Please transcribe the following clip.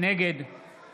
נגד